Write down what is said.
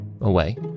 away